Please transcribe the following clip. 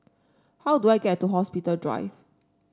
how do I get to Hospital Drive